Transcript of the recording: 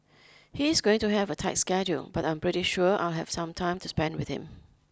he's going to have a tight schedule but I'm pretty sure I'll have some time to spend with him